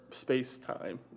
space-time